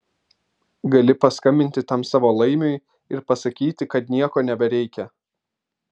gali paskambinti tam savo laimiui ir pasakyti kad nieko nebereikia